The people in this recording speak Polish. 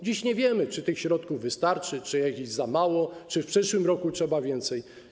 Dziś nie wiemy, czy tych środków wystarczy, czy jest ich za mało, czy w przyszłym roku będzie potrzeba więcej.